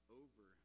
over